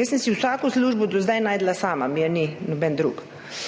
jaz sem si vsako službo do zdaj našla sama, mi je ni nihče drug.